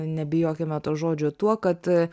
nebijokime to žodžio tuo kad